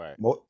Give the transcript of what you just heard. right